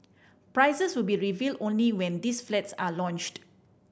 prices will be revealed only when these flats are launched